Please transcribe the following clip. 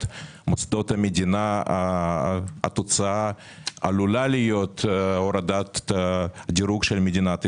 מוסדות המדינה עלולה להיות הורדת הדירוג של מדינת ישראל.